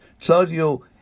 Claudio